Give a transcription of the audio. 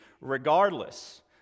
regardless